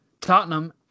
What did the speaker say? Tottenham